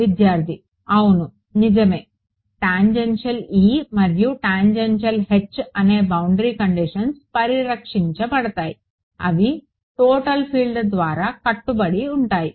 విద్యార్థి అవును నిజమే టాంజెన్షియల్ E మరియు టాంజెన్షియల్ H అనే బౌండరీ కండిషన్స్ పరిరక్షించబడతాయి అవి టోటల్ ఫీల్డ్ ద్వారా కట్టుబడి ఉంటాయి